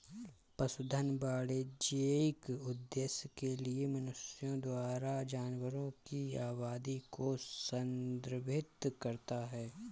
पशुधन वाणिज्यिक उद्देश्य के लिए मनुष्यों द्वारा जानवरों की आबादी को संदर्भित करता है